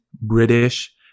British